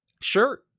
Sure